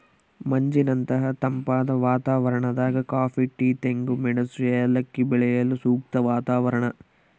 ಮಂಜಿನಂತಹ ತಂಪಾದ ವಾತಾವರಣದಾಗ ಕಾಫಿ ಟೀ ತೆಂಗು ಮೆಣಸು ಏಲಕ್ಕಿ ಬೆಳೆಯಲು ಸೂಕ್ತ ವಾತಾವರಣ